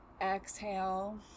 exhale